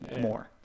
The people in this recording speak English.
more